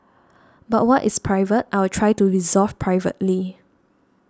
but what is private I will try to resolve privately